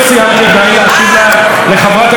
שדיברה בשם כל האופוזיציה,